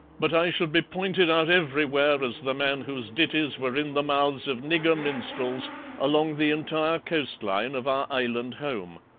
but i should be pointed out everywhere as the man whose ditties were in the mouths of nigger minstrels along the entire coast-line of our island home.